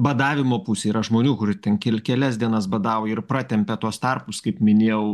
badavimo pusę yra žmonių kurie ten kelias dienas badauja ir pratempia tuos tarpus kaip minėjau